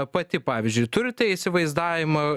pati pavyzdžiui turite įsivaizdavimą